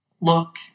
Look